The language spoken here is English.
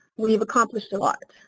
we have accomplished a lot.